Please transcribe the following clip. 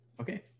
Okay